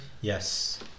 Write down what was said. yes